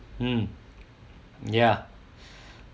mm ya